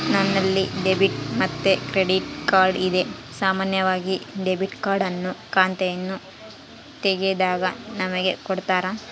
ನನ್ನಲ್ಲಿ ಡೆಬಿಟ್ ಮತ್ತೆ credit card ಇದೆ, ಸಾಮಾನ್ಯವಾಗಿ ಡೆಬಿಟ್ ಕಾರ್ಡ್ ಅನ್ನು ಖಾತೆಯನ್ನು ತೆಗೆದಾಗ ನಮಗೆ ಕೊಡುತ್ತಾರ